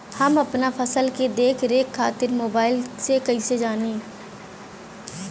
हम अपना फसल के देख रेख खातिर मोबाइल से कइसे जानी?